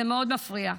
זה מאוד מפריע.